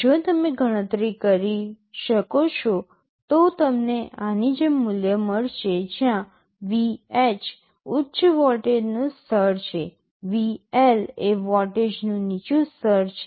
જો તમે ગણતરી કરો છો તો તમને આની જેમ મૂલ્ય મળશે જ્યાં VH ઉચ્ચ વોલ્ટેજનું સ્તર છે VL એ વોલ્ટેજનું નીચું સ્તર છે